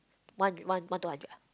one one one two hundred ah